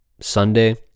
Sunday